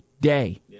day